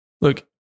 look